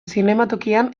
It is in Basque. zinematokian